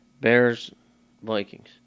Bears-Vikings